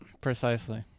Precisely